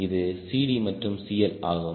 இது CDமற்றும் CL ஆகும்